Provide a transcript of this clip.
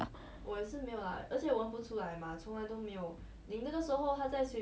I think last time he smoked I think his ex girlfriend don't like it